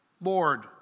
Lord